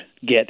get